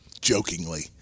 jokingly